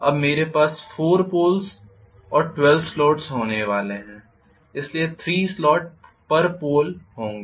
अब मेरे पास 4 पोल्स और 12 स्लॉट होने वाले हैं इसलिए 3 स्लॉट प्रति पोल होंगे